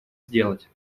сделать